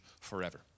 forever